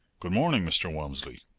good morning, mr. walmsley!